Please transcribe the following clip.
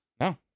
No